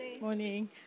Morning